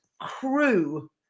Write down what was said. crew